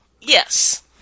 Yes